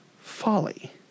folly